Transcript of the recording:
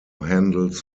handles